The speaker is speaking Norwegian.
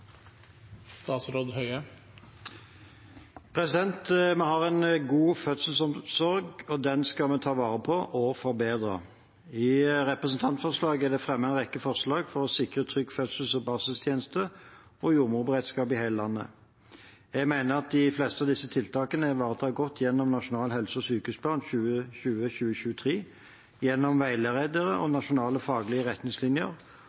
Vi har en god fødselsomsorg, og den skal vi ta vare på og forbedre. I representantforslaget er det fremmet en rekke forslag for å sikre trygge fødsels- og barseltjenester og jordmorberedskap i hele landet. Jeg mener at de fleste av disse tiltakene er godt ivaretatt gjennom Nasjonal helse- og sykehusplan 2020–2023, gjennom veiledere og nasjonale faglige retningslinjer,